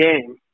game